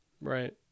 Right